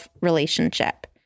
relationship